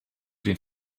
den